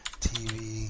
TV